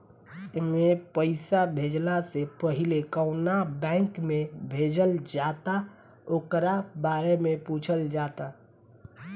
एमे पईसा भेजला से पहिले कवना बैंक में भेजल जाता ओकरा बारे में पूछल जाता